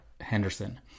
Henderson